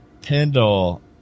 Pendle